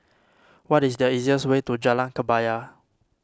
what is the easiest way to Jalan Kebaya